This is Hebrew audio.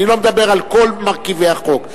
אני לא מדבר לכל מרכיבי החוק,